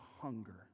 hunger